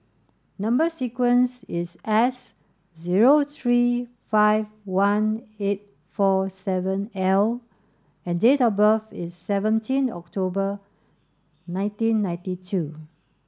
number sequence is S zero three five one eight four seven L and date of birth is seventeen October nineteen ninety two